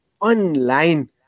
online